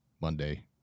Monday